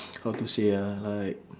how to say ah like